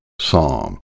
Psalm